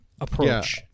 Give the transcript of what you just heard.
approach